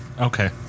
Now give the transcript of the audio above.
Okay